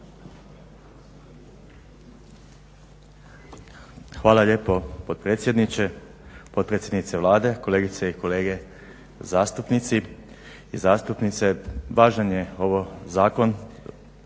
Hvala lijepo potpredsjedniče, potpredsjednice Vlade, kolegice i kolege zastupnici i zastupnice. Važan je ovo zakon,